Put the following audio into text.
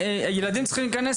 ידידי,